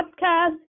Podcast